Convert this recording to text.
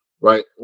right